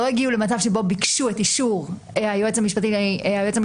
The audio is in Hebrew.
למצב שבו ביקשו את אישור היועץ המשפטי לממשלה